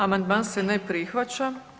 Amandman se ne prihvaća.